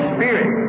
Spirit